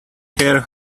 care